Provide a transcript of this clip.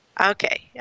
Okay